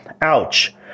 Ouch